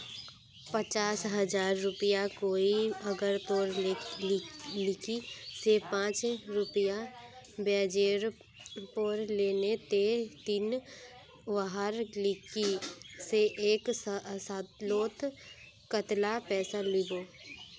पचास हजार रुपया कोई अगर तोर लिकी से पाँच रुपया ब्याजेर पोर लीले ते ती वहार लिकी से एक सालोत कतेला पैसा लुबो?